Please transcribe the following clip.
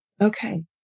Okay